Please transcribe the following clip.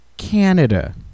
Canada